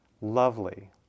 lovely